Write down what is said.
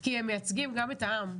כי הם מייצגים גם את העם,